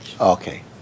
Okay